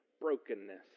brokenness